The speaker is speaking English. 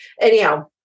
Anyhow